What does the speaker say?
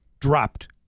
dropped